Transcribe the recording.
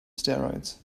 steroids